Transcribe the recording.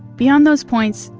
beyond those points,